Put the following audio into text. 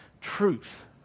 truth